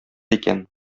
икән